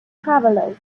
travelers